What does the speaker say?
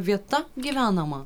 vieta gyvenama